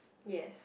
yes